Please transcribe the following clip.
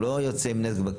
אז הוא לא יוצא עם נזק בכיס.